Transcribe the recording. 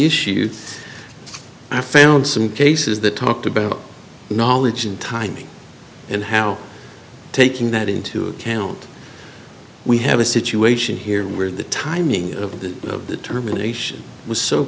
issue i found some cases that talked about knowledge and timing and how taking that into account we have a situation here where the timing of the of the terminations was so